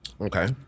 Okay